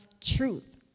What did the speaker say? truth